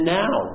now